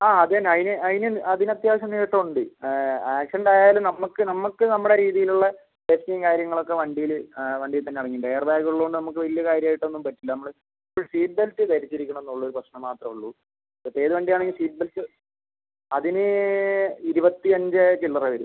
ആ അത് തന്നെ അതിന് അതിന് അതിന് അത്യാവശ്യം നീട്ടം ഉണ്ട് ആക്സിഡൻറ്റ് ആയാലും നമുക്ക് നമുക്ക് നമ്മുടെ രീതിയിൽ ഉള്ള ടെസ്റ്റും കാര്യങ്ങൾ ഒക്കെ വണ്ടിയിൽ വണ്ടീത്തന്നെ ഇറങ്ങീട്ടുണ്ട് എയർ ബാഗ് ഉള്ളോണ്ട് നമുക്ക് വലിയ കാര്യമായിട്ട് ഒന്നും പറ്റില്ല നമ്മൾ ഫുൾ സീറ്റ് ബെൽറ്റ് ധരിച്ചിരിക്കണംന്ന് ഉള്ളൊരു പ്രശ്നം മാത്രമേ ഉള്ളൂ മറ്റ് ഏത് വണ്ടി ആണേലും സീറ്റ് ബെൽറ്റ് അതിന് ഇരുപത്തി അഞ്ച് ചില്ലറ വരും